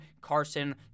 carson